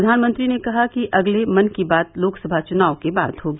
प्रधानमंत्री ने कहा कि अगले मन की बात लोकसभा चुनाव के बाद होगी